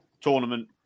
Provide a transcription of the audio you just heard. tournament